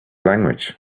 language